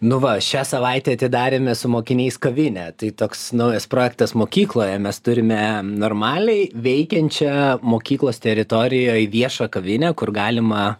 nuva šią savaitę atidarėme su mokiniais kavinę tai toks naujas projektas mokykloje mes turime normaliai veikiančią mokyklos teritorijoje viešą kavinę kur galima